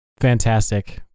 Fantastic